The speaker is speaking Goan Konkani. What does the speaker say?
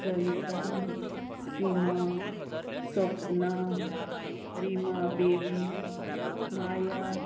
सविता सिमा सपना रिमा बेवी माया